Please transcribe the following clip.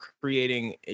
creating